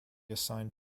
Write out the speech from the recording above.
assigned